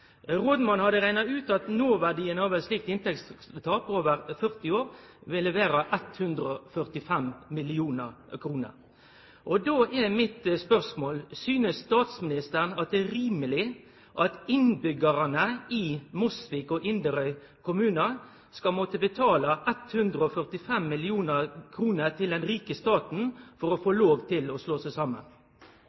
Rådmannen hadde rekna ut at noverdien av eit slikt inntektstap over 40 år vil vere 145 mill. kr. Då er spørsmålet mitt: Synest statsministeren det er rimeleg at innbyggjarane i Mosvik og Inderøy kommunar skal måtte betale 145 mill. kr til den rike staten for å få lov til å slå seg saman?